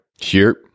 Sure